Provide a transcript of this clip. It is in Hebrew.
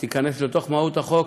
הן תיכנסנה לתוך מהות החוק.